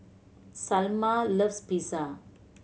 Salma loves Pizza